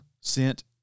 sent